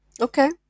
okay